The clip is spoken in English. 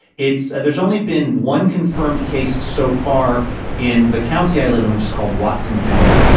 it's there's only been one confirmed case so far in the county i live in, which is called whatcom county.